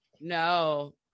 No